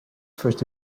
first